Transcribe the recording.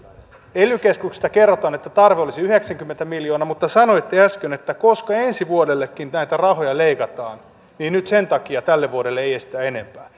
ely keskuksesta kerrotaan että tarve olisi yhdeksänkymmentä miljoonaa mutta sanoitte äsken että koska ensi vuodellekin näitä rahoja leikataan niin nyt sen takia tälle vuodelle ei esitetä enempää